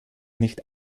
nicht